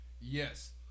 Yes